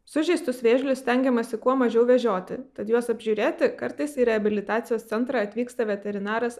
sužeistus vėžlius stengiamasi kuo mažiau vežioti tad juos apžiūrėti kartais į reabilitacijos centrą atvyksta veterinaras